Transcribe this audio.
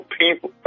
people